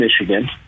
Michigan